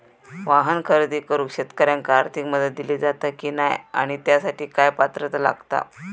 वाहन खरेदी करूक शेतकऱ्यांका आर्थिक मदत दिली जाता की नाय आणि त्यासाठी काय पात्रता लागता?